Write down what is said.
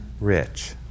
rich